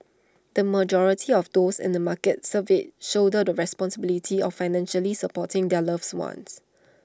the majority of those in the markets surveyed shoulder the responsibility of financially supporting their loves ones